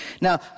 Now